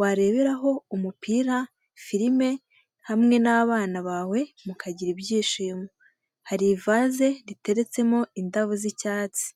wareberaho umupira, firime hamwe n'abana bawe mukagira ibyishimo, hari ivaze riteretsemo indabo z'icyatsi.